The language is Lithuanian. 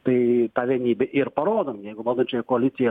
tai tą vienybę ir parodom jeigu valdančioji koalicija